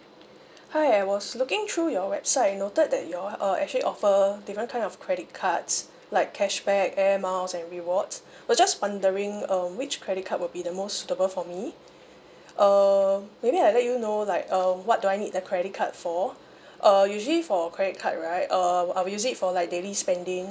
hi I was looking through your website and noted that you're uh actually offer different kind of credit cards like cashback air miles and rewards was just wondering um which credit card will be the most suitable for me um maybe I let you know like uh what do I need the credit card for uh usually for credit card right uh I'll use it for like daily spending